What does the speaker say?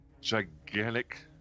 gigantic